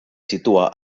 situa